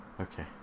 okay